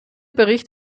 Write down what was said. bericht